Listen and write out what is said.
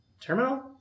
terminal